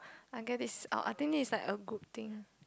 I get this out I think this is like a group thing